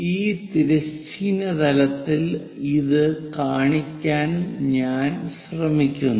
ഈ തിരശ്ചീന തലത്തിൽ ഇത് കാണിക്കാൻ ഞാൻ ശ്രമിക്കുന്നു